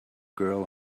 girl